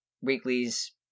Weekly's